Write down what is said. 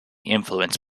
influenced